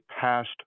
passed